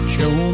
Show